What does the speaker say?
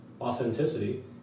authenticity